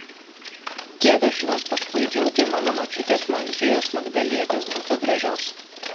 kiek aš juos pasklaidžiau tai mano močiutės marijos magdalietės būta gražios